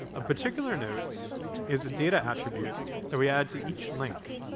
ah particular note is a data attribute that we add to each link,